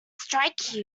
strike